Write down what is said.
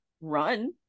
run